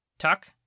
Tuck